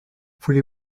voulez